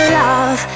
love